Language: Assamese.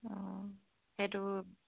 অঁ এইটো